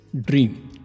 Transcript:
dream